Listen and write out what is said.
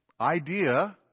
idea